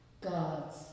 God's